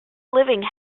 living